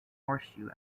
horseshoe